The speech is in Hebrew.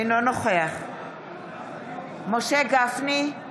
אינו נוכח משה גפני,